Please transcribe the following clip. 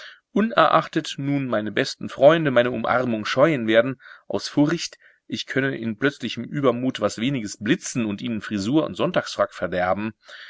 unerachtet nun meine besten freunde meine umarmung scheuen werden aus furcht ich könnte in plötzlichem übermut was weniges blitzen und ihnen frisur und sonntagsfrack verderben